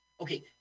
Okay